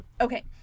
Okay